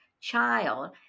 child